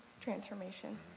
transformation